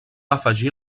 afegir